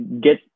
get